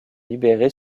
libéré